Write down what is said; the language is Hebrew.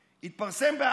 וזו התוכנית הסופית של אותו